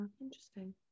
interesting